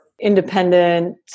independent